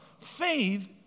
Faith